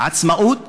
עצמאות,